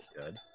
good